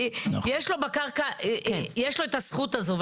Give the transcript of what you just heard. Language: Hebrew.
יש לו את הזכות הזו.